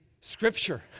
Scripture